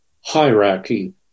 hierarchy